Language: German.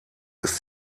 ist